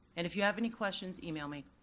and if you have any questions, email me.